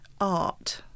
art